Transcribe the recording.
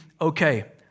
okay